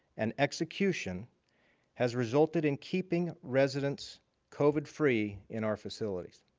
and execution has resulted in keeping residents covid-free in our facilities.